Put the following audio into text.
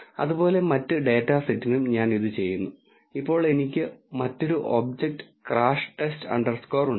അതുപോലെ മറ്റ് ഡാറ്റാ സെറ്റിനും ഞാൻ ഇത് ചെയ്യുന്നു ഇപ്പോൾ എനിക്ക് മറ്റൊരു ഒബ്ജക്റ്റ് ക്രാഷ് ടെസ്റ്റ് അണ്ടർസ്കോർ ഉണ്ട്